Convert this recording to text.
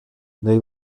they